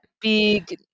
Big